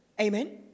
Amen